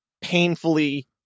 painfully